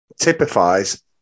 typifies